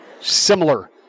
similar